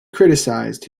criticised